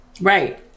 Right